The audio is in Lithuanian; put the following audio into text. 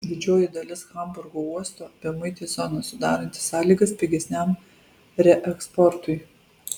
didžioji dalis hamburgo uosto bemuitė zona sudaranti sąlygas pigesniam reeksportui